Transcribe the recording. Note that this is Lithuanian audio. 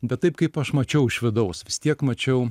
bet taip kaip aš mačiau iš vidaus vis tiek mačiau